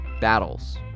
Battles